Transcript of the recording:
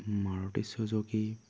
Maruti Suzuki